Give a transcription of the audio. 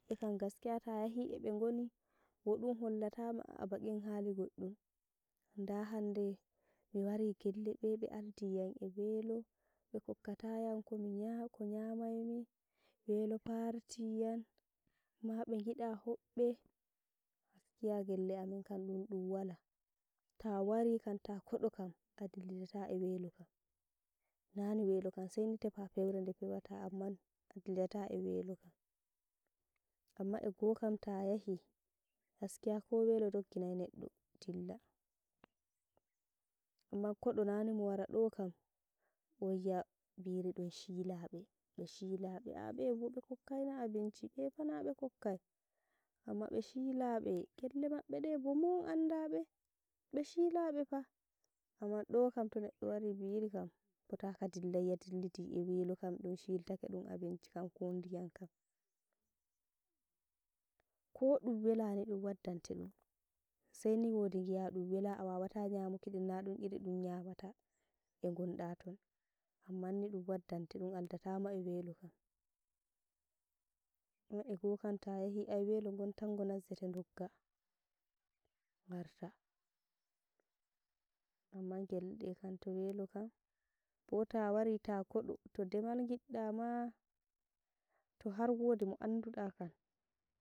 Bekam gaskiya tayahi e begoni ɗum hollatama baƙin hali goɗɗum, nda hande miwari gellede be aldiyam e belo be kokkatayam ko nya- nyamaimi welo partiyam, ma ɓegiɗa hoɓɓe gaskiya gelle amin kam ɗum ɗun wala, tawari ta koɗo kam, adilli data e welokam, nani welo kam saini tepa peure nde pewata amman a dillidata e welo kam. Amman ego kam tahayi gaskiya kowelo dogginai neɗɗo dilla amma koɗo nani mowara ɗo kam owiya Biri ɗum shilaɓe, ɓe shilaɓe a ɓebo be kokkaina abinci, ɓefa naɓe kokkai, gamma ɓe shilaɓe, gelle maɓɓe ɗebo mowon anda ɓe? ɓe shilaɓe pa, amman ɗokam neɗɗo towari Biri kam fotaka dilai wi'a dillidi e welo kam ɗum shiltake ɗum abinci kam ko diyam kam ko ɗum welani ɗum waddante ɗum, saini wodi giya ɗum wela awawata nyamuki ɗum naɗum iri ɗum nyamata e gonɗa ton, amman ni ɗum waddante ɗum aldatama e welo kam ego kam tayahi ai welo gontan go nazzete dogga, ngarta amman gelle ɗekam to welo kam, bota wari akoɗo to demal giɗɗa maa tohar wodi mo anduɗa kam.